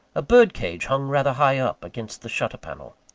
a bird-cage hung rather high up, against the shutter-panel.